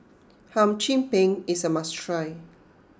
Hum Chim Peng is a must try